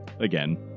again